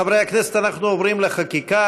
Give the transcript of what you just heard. חברי הכנסת, אנחנו עוברים לחקיקה.